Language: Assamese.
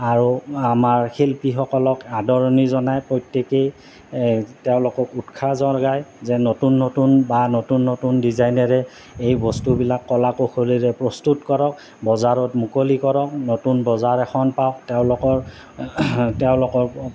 আৰু আমাৰ শিল্পীসকলক আদৰণি জনাই প্ৰত্যেকেই তেওঁলোকক উৎসাহ যোগায় যে নতুন নতুন বা নতুন নতুন ডিজাইনেৰে এই বস্তুবিলাক কলা কৌশলীৰে প্ৰস্তুত কৰক বজাৰত মুকলি কৰক নতুন বজাৰ এখন পাওক তেওঁলোকৰ তেওঁলোকৰ